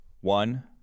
One